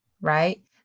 right